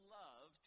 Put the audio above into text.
love